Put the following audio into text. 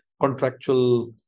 contractual